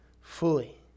fully